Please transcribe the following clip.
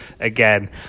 again